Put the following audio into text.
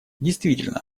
действительно